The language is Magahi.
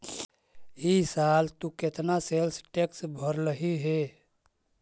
ई साल तु केतना सेल्स टैक्स भरलहिं हे